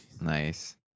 Nice